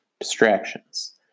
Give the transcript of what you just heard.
Distractions